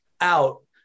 out